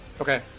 Okay